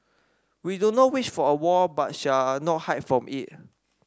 we do not wish for a war but shall not hide from it